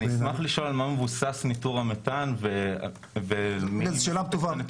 אני אשמח לשאול על מה מבוסס ניטור המתאן ומה הנתונים.